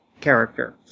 character